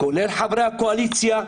כדי שהם יחזירו את המקדמות לזוגות הצעירים.